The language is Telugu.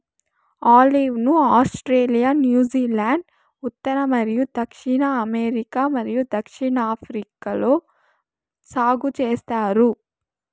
ఆలివ్ ను ఆస్ట్రేలియా, న్యూజిలాండ్, ఉత్తర మరియు దక్షిణ అమెరికా మరియు దక్షిణాఫ్రికాలో సాగు చేస్తారు